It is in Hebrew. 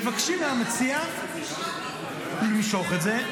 מבקשים מהמציע למשוך את זה,